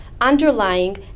underlying